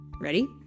Ready